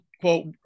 quote